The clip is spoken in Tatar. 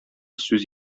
сүз